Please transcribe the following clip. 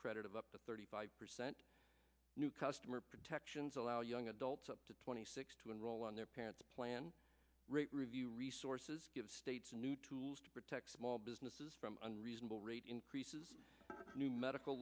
credit of up to thirty five percent new customer protections allow young adults up to twenty six to enroll on their parents plan review resources give states a new tools to protect small businesses from unreasonable rate increases new medical